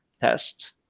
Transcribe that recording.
test